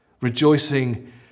rejoicing